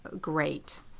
great